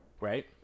right